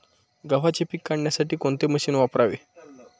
गव्हाचे पीक काढण्यासाठी कोणते मशीन वापरावे?